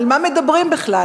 על מה מדברים בכלל,